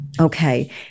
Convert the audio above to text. Okay